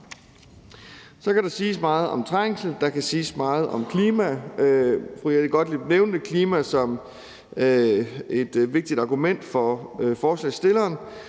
Så kan der siges meget om trængsel, og der kan siges meget om klima. Fru Jette Gottlieb nævnte klima som et vigtigt argument for forslagsstilleren,